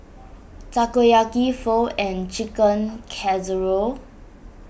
Takoyaki Pho and Chicken Casserole